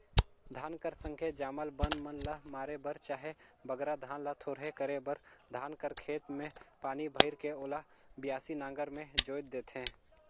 धान कर संघे जामल बन मन ल मारे बर चहे बगरा धान ल थोरहे करे बर धान कर खेत मे पानी भइर के ओला बियासी नांगर मे जोएत देथे